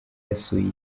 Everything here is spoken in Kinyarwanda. yasuye